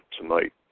tonight